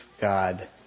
God